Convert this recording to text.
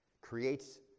creates